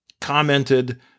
commented